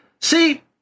See